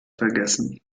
vergessen